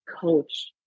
coach